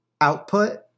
output